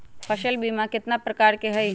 फसल बीमा कतना प्रकार के हई?